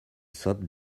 sot